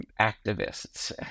activists